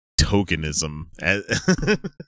tokenism